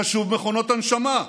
חשוב מכונות הנשמה,